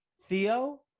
Theo